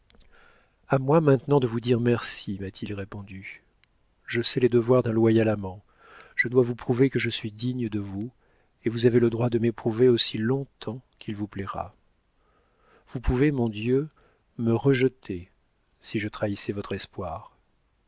a moi maintenant de vous dire merci m'a-t-il répondu je sais les devoirs d'un loyal amant je dois vous prouver que je suis digne de vous et vous avez le droit de m'éprouver aussi longtemps qu'il vous plaira vous pouvez mon dieu me rejeter si je trahissais votre espoir